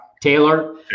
Taylor